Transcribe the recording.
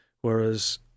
Whereas